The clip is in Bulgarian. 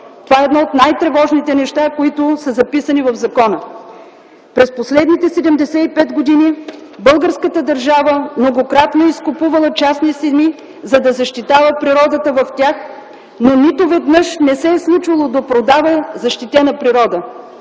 Това е едно от най-тревожните неща, които са записани в закона. През последните 75 години българската държава многократно е изкупувала частни земи, за да защитава природата в тях, но нито веднъж не се е случвало да продава защитена природа.